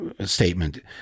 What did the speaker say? statement